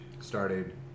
started